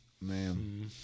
Man